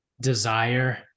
desire